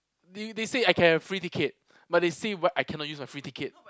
they they say I can have free ticket but they say I cannot use my free ticket